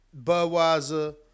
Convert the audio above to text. Budweiser